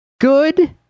Good